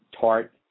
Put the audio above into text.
tart